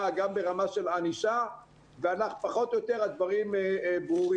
וגם ברמה של ענישה ופחות או יותר הדברים ברורים.